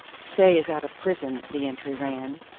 stay is out of prison, the entry ran.